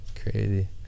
crazy